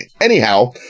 Anyhow